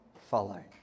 follow